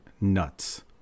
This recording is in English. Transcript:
Nuts